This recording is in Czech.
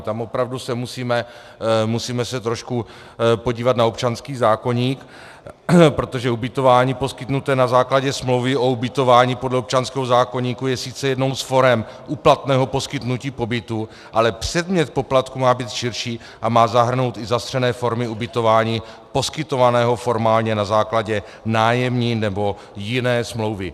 Tam se opravdu musíme trošku podívat na občanský zákoník, protože ubytování poskytnuté na základě smlouvy o ubytování podle občanského zákoníku je sice jednou z forem úplatného poskytnutí pobytu, ale předmět poplatku má být širší a má zahrnout i zastřené formy ubytování poskytovaného formálně na základě nájemní nebo jiné smlouvy.